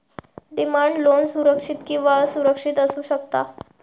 demand loan सुरक्षित किंवा असुरक्षित असू शकता